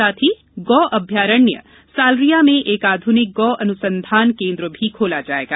साथ ही गो अभ्यारण्य सालरिया में एक आधुनिक गो अनुसंधान केन्द्र भी खोला जाएगा